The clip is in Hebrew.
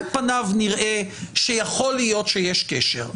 על פניו נראה שיכול להיות שיש קשר,